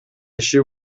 иши